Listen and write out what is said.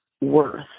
worth